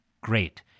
great